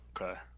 Okay